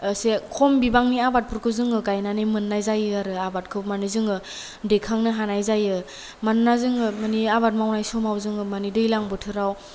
एसे खम बिबांनि आबादफोरखौ जोङो गायनानै मोननाय जायो आारो आबादखौ मानि जोङो दैखांनो हानाय जायो मानोना जोङो मानि आबाद मावनाय समाव जोङो मानि दैलां बोथोराव